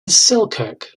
selkirk